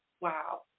Wow